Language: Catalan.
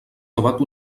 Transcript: debat